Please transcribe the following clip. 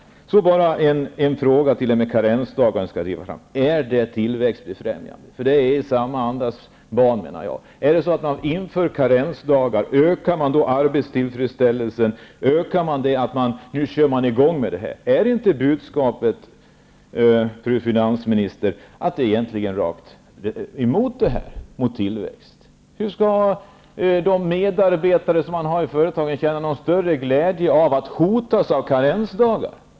Så bara en fråga om vad karensdagarna skall åstadkomma. Är de tillväxtbefrämjade? Jag menar att de är samma andas barn. Ökar man arbetstillfredsställelsen genom införande av karensdagar? Är inte budskapet, fru finansminister, egentligen det rakt motsatta, mot tillväxt? Hur skall de medarbetare som man har i företagen känna någon större glädje av att hotas av karensdagar?